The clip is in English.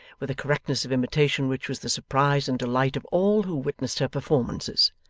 with a correctness of imitation which was the surprise and delight of all who witnessed her performances,